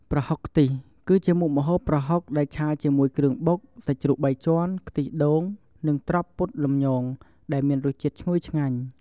ប្រហុកខ្ទិះ គឺជាមុខម្ហូបប្រហុកដែលឆាជាមួយគ្រឿងបុក សាច់ជ្រូកបីជាន់ ខ្ទិះដូង និងត្រប់ពុតលំញង ដែលមានរសជាតិឈ្ងុយឆ្ងាញ់។